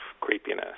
creepiness